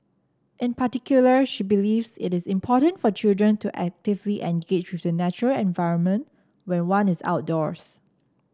in particular she believes it is important for children to actively engage the natural environment when one is outdoors